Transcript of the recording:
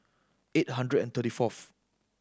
eight hundred and thirty fourth